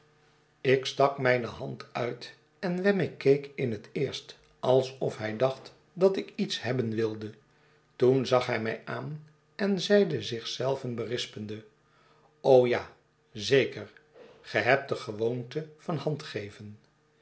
ik stak mijne hand uit en wemmick keek in het eerst alsof hij dacht dat ik lets hebben wilde toen zag hij mij aan en zeide zich zelven berispende ja zeker ge hebt de gewoonte van